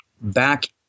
back